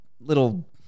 little